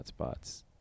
hotspots